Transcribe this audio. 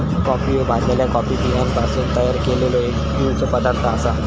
coffee ह्यो भाजलल्या coffee बियांपासून तयार केललो एक पिवचो पदार्थ आसा